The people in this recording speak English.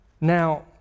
Now